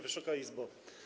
Wysoka Izbo!